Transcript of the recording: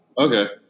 Okay